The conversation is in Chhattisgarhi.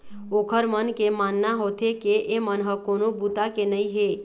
ओखर मन के मानना होथे के एमन ह कोनो बूता के नइ हे